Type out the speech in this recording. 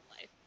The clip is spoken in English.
life